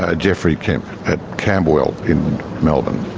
ah geoffrey kemp at camberwell in melbourne.